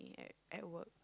ya at work